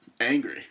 Angry